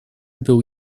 był